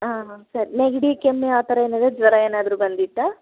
ಹಾಂ ಹಾಂ ಸರಿ ನೆಗಡಿ ಕೆಮ್ಮು ಆ ಥರ ಏನಾದರೂ ಜ್ವರ ಏನಾದರೂ ಬಂದಿತ್ತಾ